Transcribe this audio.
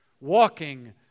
walking